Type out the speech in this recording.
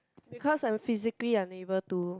because I'm physically unable to